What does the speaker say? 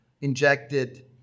injected